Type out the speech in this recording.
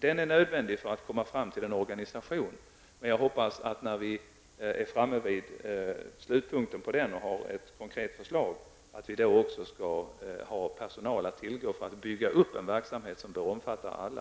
Den är nödvändig för att vi skall komma fram till en organisation, men jag hoppas att när vi är framme vid slutpunkten på den och har ett konkret förslag, skall vi också ha personal att tillgå för att bygga upp en verksamhet som omfattar alla.